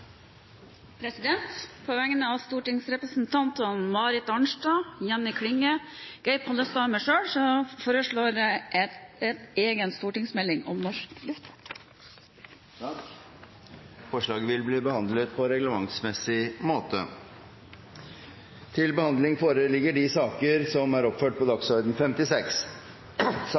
På vegne av stortingsrepresentantene Marit Arnstad, Jenny Klinge, Geir Pollestad og meg selv foreslår jeg en egen stortingsmelding om norsk luftfart. Forslaget vil bli behandlet på reglementsmessig måte. Føremålet med Samhandlingsreforma var å utvikla koordinerte tenester og behandling av pasientar på